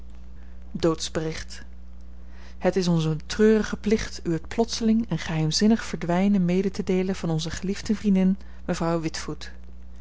doodsbericht het is ons een treurige plicht u het plotseling en geheimzinnig verdwijnen mede te deelen van onze geliefde vriendin mevrouw witvoet